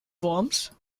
worms